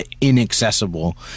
inaccessible